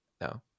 no